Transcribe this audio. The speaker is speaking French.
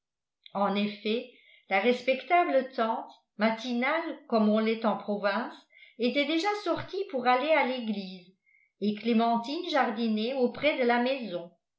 en effet la respectable tante matinale comme on l'est en province était déjà sortie pour aller à l'église et clémentine jardinait auprès de la maison